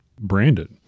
branded